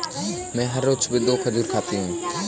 मैं हर रोज सुबह दो खजूर खाती हूँ